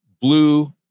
blue